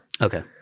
Okay